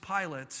Pilate